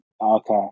Okay